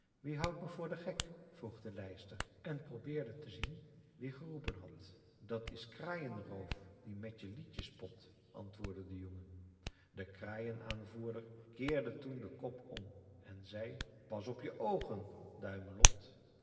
wie houdt me voor den gek vroeg de lijster en probeerde te zien wie geroepen had dat is kraaienroof die met je liedje spot antwoordde de jongen de kraaienaanvoerder keerde toen den kop om en zei pas op je oogen duimelot